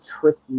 tricky